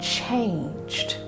changed